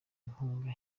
inkunga